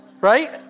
Right